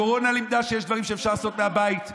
הקורונה לימדה שיש דברים שאפשר לעשות מהבית,